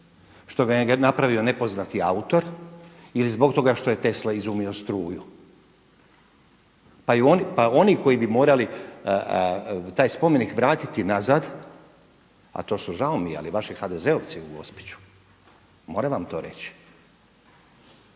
što ga je napravio nepoznati autor ili zbog toga što je Tesla izumio struju pa oni koji bi morali taj spomenik vratiti nazad, a to su žao mi je ali vaši HDZ-ovci u Gospiću, moram vam to reći,